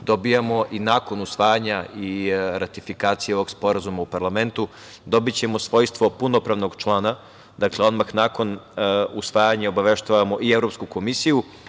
dobijamo i nakon usvajanja ratifikacije ovog sporazuma u parlamentu dobićemo svojstvo punopravnog člana. Dakle, odmah nakon usvajanja obaveštavamo i Evropsku komisiju.